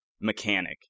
mechanic